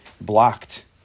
blocked